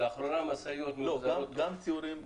גם ציורים,